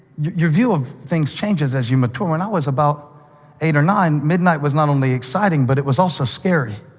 your view of things changes as you mature. when i was about eight or nine, midnight was not only exciting but it was also scary.